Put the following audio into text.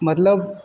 मतलब